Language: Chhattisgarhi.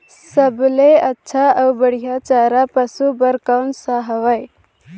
सबले अच्छा अउ बढ़िया चारा पशु बर कोन सा हवय?